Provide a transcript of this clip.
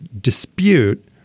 dispute